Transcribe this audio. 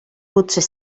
potser